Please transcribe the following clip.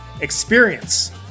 experience